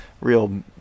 real